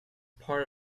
part